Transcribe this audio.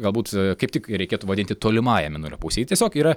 galbūt kaip tik reikėtų vadinti tolimąja mėnulio puse ji tiesiog yra